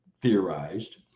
theorized